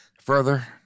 further